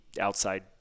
outside